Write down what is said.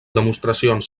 demostracions